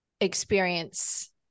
experience